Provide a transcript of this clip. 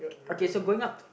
okay so going up